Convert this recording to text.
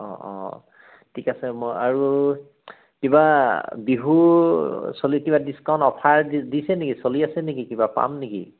অ অ ঠিক আছে মই আৰু কিবা বিহু চলি কিবা ডিস্কাউণ্ট অফাৰ দিছে নেকি চলি আছে নেকি কিবা পাম নেকি